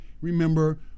Remember